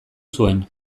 zuen